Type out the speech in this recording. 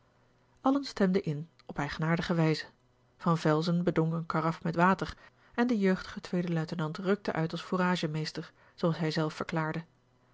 allen stemden in op eigenaardige wijze van velzen bedong een karaf met water en de jeugdige tweede luitenant rukte uit als fouragemeester zooals hij zelf verklaarde